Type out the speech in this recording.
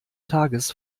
tages